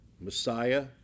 Messiah